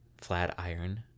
Flatiron